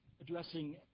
addressing